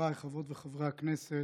חבריי חברות וחברי הכנסת,